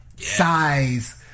size